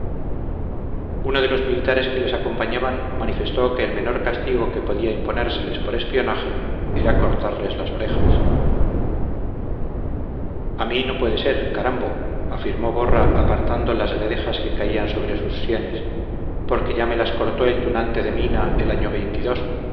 uno de los militares que les acompañaban manifestó que el menor castigo que podía imponérseles por espionaje era cortarles las orejas a mí no puede ser carambo afirmó borra apartando las guedejas que caían sobre sus sienes porque ya me las cortó el tunante de mina el año